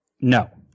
No